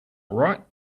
right